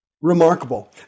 Remarkable